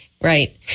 Right